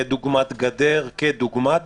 כדוגמת גדר וכדומה.